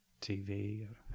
tv